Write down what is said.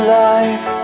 life